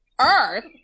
earth